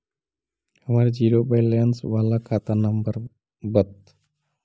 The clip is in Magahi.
हमर जिरो वैलेनश बाला खाता नम्बर बत?